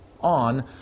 on